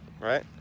right